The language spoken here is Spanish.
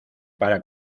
para